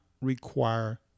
require